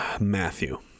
Matthew